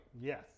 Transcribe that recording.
Yes